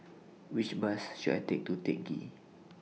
Which Bus should I Take to Teck Ghee